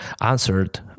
answered